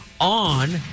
on